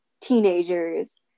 teenagers